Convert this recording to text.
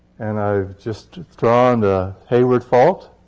and i've just drawn the hayward fault.